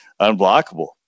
unblockable